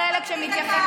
לחלק שמתייחס,